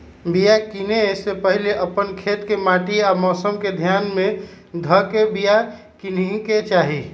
बिया किनेए से पहिले अप्पन खेत के माटि आ मौसम के ध्यान में ध के बिया किनेकेँ चाही